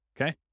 okay